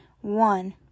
one